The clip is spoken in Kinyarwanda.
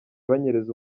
banyereza